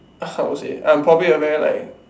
how to say I'm probably a very like